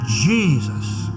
Jesus